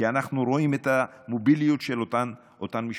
כי אנחנו רואים את המוביליות של אותן משפחות.